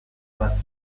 bat